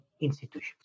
institutions